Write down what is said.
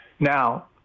Now